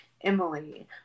emily